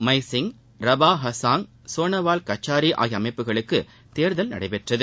மைசிங் ரபா ஹஸாங் சோனோவால் கச்சாரி ஆகிய அமைப்புகளுக்கு தேர்தல் நடைபெற்றது